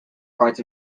parts